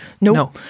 No